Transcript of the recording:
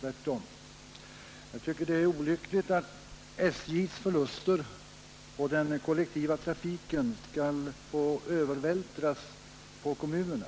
Tvärtom, jag tycker det är olyckligt att SJ:s förluster på den kollektiva trafiken skall få övervältras på kommunerna.